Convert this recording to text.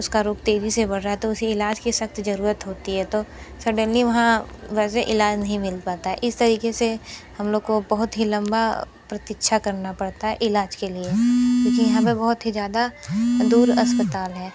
उसका रोग तेज़ी से बढ़ रहा है तो उसे इलाज की सख्त ज़रूरत होती है तो सडेनली वहाँ वैसे इलाज नहीं मिल पाता है इस तरीके से हम लोग को बहुत ही लंबा प्रतीक्षा करना पड़ता है इलाज के लिए क्योंकि यहाँ पे बहुत ही ज़्यादा दूर अस्पताल है